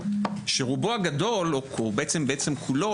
שרובו הגדול ובעצם כולו,